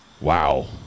Wow